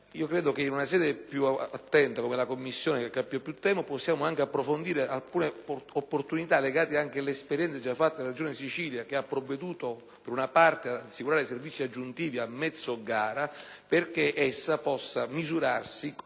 credo che in una sede più attenta come la Commissione competente potremo approfondire alcune opportunità rispetto alle esperienze già fatte dalla Regione Siciliana, che ha provveduto per una parte ad assicurare servizi aggiuntivi a mezzo gara perché essa possa misurarsi,